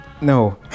No